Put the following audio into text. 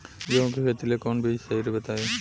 गेहूं के खेती ला कोवन बीज सही रही बताई?